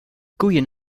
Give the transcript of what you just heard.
koeien